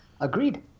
Agreed